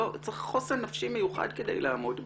צריך חוסן נפשי מיוחד כדי לעמוד בזה.